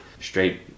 straight